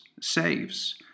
saves